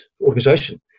organization